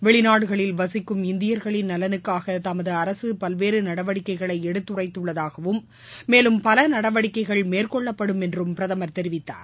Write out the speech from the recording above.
வெளிநாடுகளில் வசிக்கும் இந்தியர்களின் நலனுக்காக தமது அரசு பல்வேறு நடவடிக்கைகளை எடுத்துரைத்துள்ளதாகவும் மேலும் பல நடவடிக்கைகள் மேற்கொள்ளப்படும் என்றும் பிரதமர் தெரிவித்தார்